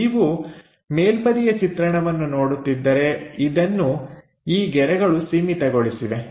ನೀವು ಮೇಲ್ಬದಿಯ ಚಿತ್ರಣವನ್ನು ನೋಡುತ್ತಿದ್ದರೆ ಇದನ್ನು ಈ ಗೆರೆಗಳು ಸೀಮಿತಗೊಳಿಸಿವೆ